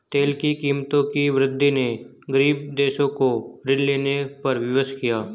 तेल की कीमतों की वृद्धि ने गरीब देशों को ऋण लेने पर विवश किया